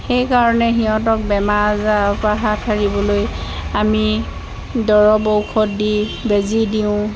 সেইকাৰণে সিহঁতক বেমাৰ আজাৰৰ পৰা হাত সাৰিবলৈ আমি দৰৱ ঔষধ দি বেজী দিওঁ